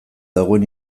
dagoen